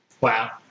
Wow